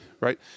right